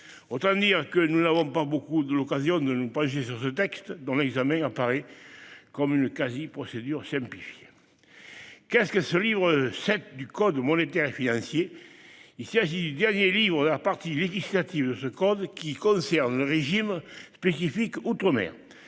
Autant dire que nous n'avons pas beaucoup eu l'occasion de nous pencher sur ce texte, dont l'examen apparaît comme une quasi-procédure simplifiée. Qu'est-ce que ce livre VII du code monétaire et financier ? Il s'agit du dernier livre de la partie législative de ce code, qui concerne le régime spécifique applicable